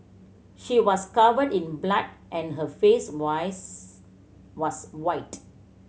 she was covered in blood and her face was white